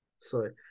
Sorry